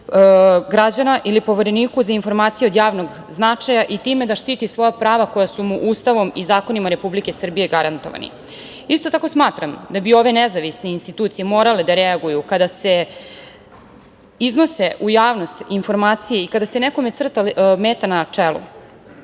građana ili Povereniku za informacije od javnog značaja i time da štiti svoja prava koja su mu Ustavom i zakonima Republike Srbije garantovani. Isto tako smatram da bi ove nezavisne institucije morale da reaguju kada se iznose u javnost informacije i kada se nekome crta meta na čelu,